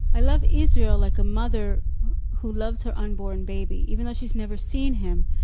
i love israel like a mother who loves her unborn baby, even though she's never seen him,